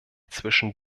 zwischen